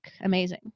amazing